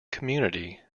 community